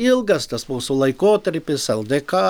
ilgas tas mūsų laikotarpis ldk